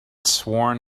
sworn